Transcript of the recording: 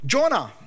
Jonah